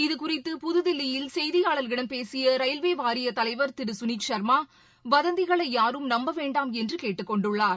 இதுகுறித்து புதுதில்லியில் செய்தியாளர்களிடம் பேசிய ரயில்வே வாரிய தலைவர் திரு சுனித் ஷர்மா வதந்திகளை யாரும் நம்ப வேண்டாம் என்று கேட்டுக்கொண்டுள்ளார்